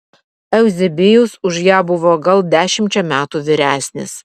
euzebijus už ją buvo gal dešimčia metų vyresnis